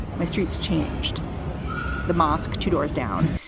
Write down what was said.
my streets changed the mosque two doors down.